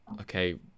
Okay